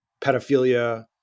pedophilia